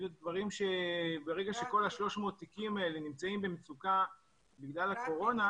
ברגע שכל ה-300 נמצאים במצוקה בגלל הקורונה,